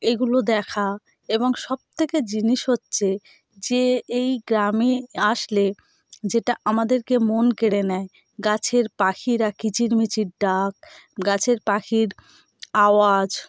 এইগুলো দেখা এবং সব থেকে জিনিস হচ্ছে যে এই গ্রামে আসলে যেটা আমাদেরকে মন কেড়ে নেয় গাছের পাখিরা কিচির মিচির ডাক গাছের পাখির আওয়াজ